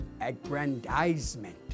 aggrandizement